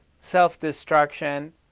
self-destruction